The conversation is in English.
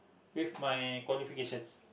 with my qualification